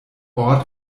ort